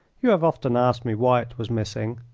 you have often asked me why it was missing.